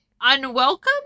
unwelcome